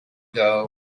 doe